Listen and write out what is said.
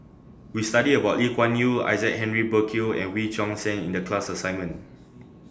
We studied about Lee Kuan Yew Isaac Henry Burkill and Wee Choon Seng in The class assignment